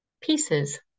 pieces